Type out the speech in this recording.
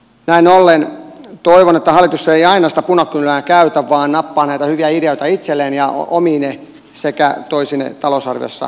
näin ollen toivon että hallitus ei aina sitä punakynää käytä vaan nappaa näitä hyviä ideoita itselleen ja omii ne sekä toisi ne talousarviossa myös käyttöön